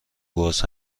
باز